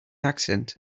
accent